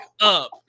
up